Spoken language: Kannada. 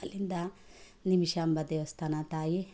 ಅಲ್ಲಿಂದ ನಿಮಿಷಾಂಬ ದೇವಸ್ಥಾನ ತಾಯಿ